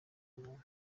muntu